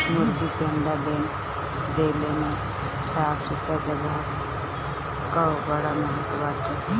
मुर्गी के अंडा देले में साफ़ सुथरा जगह कअ बड़ा महत्व बाटे